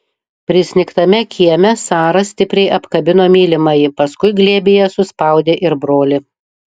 prisnigtame kieme sara stipriai apkabino mylimąjį paskui glėbyje suspaudė ir brolį